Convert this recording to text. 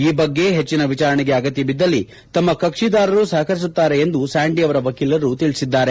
ಈ ಬಗ್ಗೆ ಹೆಚ್ಚಿನ ವಿವರಣೆಗೆ ಅಗತ್ಯಬಿದ್ದಲ್ಲಿ ತಮ್ಮ ಕಕ್ವಿದಾರರು ಸಹಕರಿಸುತ್ತಾರೆ ಎಂದು ಸ್ಯಾಂಡಿ ಅವರ ವಕೀಲರು ತಿಳಿಸಿದ್ದಾರೆ